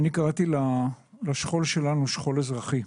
אני קראתי לשכול שלנו שכול אזרחי.